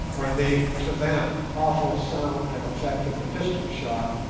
or the, to them, awful sound and effect of the pistol shot,